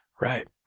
Right